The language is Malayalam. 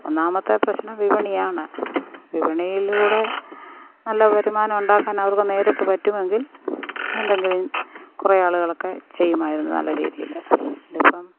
ഒന്നാമത്തെ പ്രശ്നം വിപണിയാണ് വിപണിയിലൂടെ നല്ല വരുമാനമുണ്ടാക്കാൻ അവർക്ക് നേരിട്ട് പറ്റുമെങ്കിൽ എന്തെങ്കിലും കുറെ ആളുകളൊക്കെ ചെയ്യുമായിരുന്നു നല്ല രീതിയിൽ അതിപ്പോള്